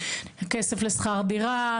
כסף לשכר דירה,